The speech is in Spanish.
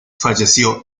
falleció